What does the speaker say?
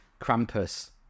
Krampus